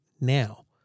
now